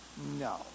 No